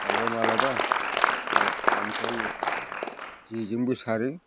माब्लाबा माब्लाबा ओमफ्राय जेजोंबो सारो